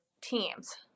teams